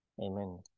Amen